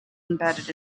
embedded